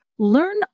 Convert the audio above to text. Learn